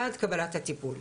עד קבלת הטיפול.